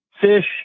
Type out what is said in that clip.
fish